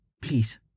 Please